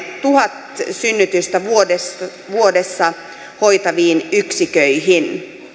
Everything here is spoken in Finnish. tuhat synnytystä vuodessa vuodessa hoitaviin yksiköihin